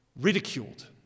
ridiculed